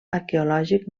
arqueològic